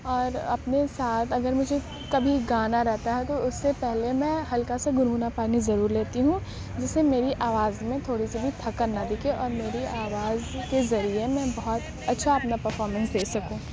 اور اپنے ساتھ اگر مجھے کبھی گانا رہتا ہے تو اس سے پہلے میں ہلکا سا گنگنا پانی ضرور لیتی ہوں جس سے میری آواز میں تھوڑی سی بھی تھکن نہ دکھے اور میری آواز کے ذریعے میں بہت اچھا اپنا پرفارمینس دے سکوں